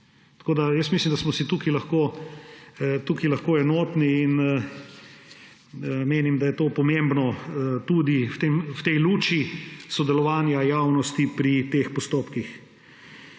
v postopku. Mislim, da smo si tu lahko enotni, in menim, da je to pomembno tudi v luči sodelovanja javnosti pri teh postopkih.